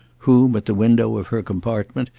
whom, at the window of her compartment,